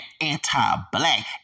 anti-black